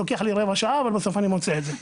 לוקח לי רבע שעה אבל בסוף אני מוצא את זה.